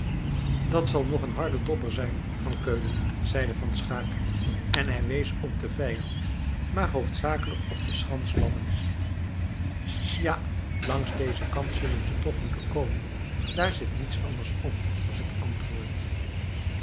dat zal nog een harde dobber zijn van keulen zeide van schaeck en hij wees op den vijand maar hoofdzakelijk op de schans lammen ja langs dezen kant zullen ze toch moeten komen daar zit niets anders op was het antwoord